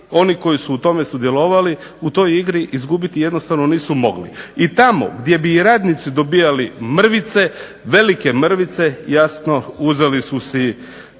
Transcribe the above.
oni koji su u tome sudjelovali u toj igri izgubiti jednostavno nisu mogli. I tamo gdje bi radnici dobivali mrvice, velike mrvice jasno uzeli su si